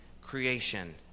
creation